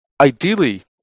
ideally